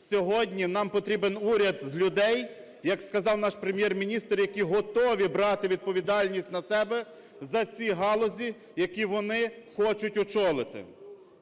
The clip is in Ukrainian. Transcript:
Сьогодні нам потрібен уряд з людей, як сказав наш Прем’єр-міністр, які готові брати відповідальність на себе за ці галузі, які вони хочуть очолити.